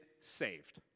saved